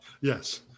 Yes